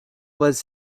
was